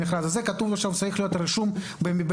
וכתוב לו שהוא צריך להיות רשום בפנקס.